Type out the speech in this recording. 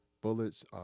bullets